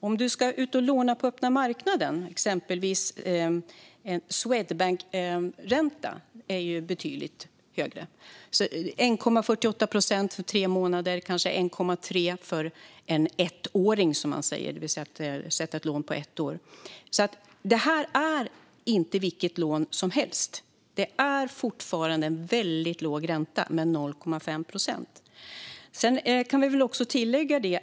Om du ska ut och låna på öppna marknaden är exempelvis en Swedbankränta betydligt högre - 1,48 procent för tre månader och kanske 1,3 för en ettåring, som man säger; det är ett lån på ett år. Detta är alltså inte vilket lån som helst, och även vid 0,5 procent är räntan fortfarande väldigt låg.